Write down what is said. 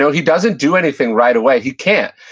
so he doesn't do anything right away. he can't.